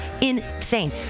insane